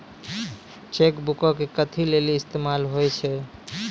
Cheque बुको के कथि लेली इस्तेमाल होय छै?